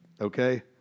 okay